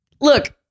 look